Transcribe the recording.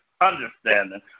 understanding